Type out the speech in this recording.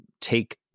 take